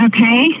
Okay